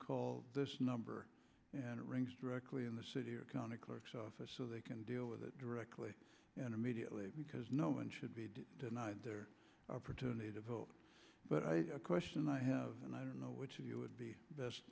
call this number and it rings directly in the city or county clerk's office so they can deal with it directly and immediately because no one should be denied their opportunity to vote but i question i have and i don't know which of you would be best